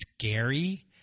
scary